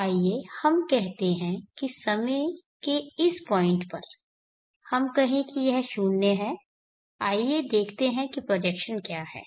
तो आइए हम कहते हैं कि समय के इस पॉइंट पर हम कहें कि यह 0 है आइए देखते हैं कि प्रोजेक्शन क्या है